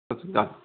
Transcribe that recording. ਸਤਿ ਸ਼੍ਰੀ ਅਕਾਲ